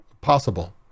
possible